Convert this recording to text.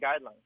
guidelines